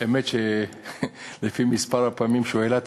האמת היא שלפי מספר הפעמים שהוא העלה את